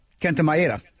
Kentamaeda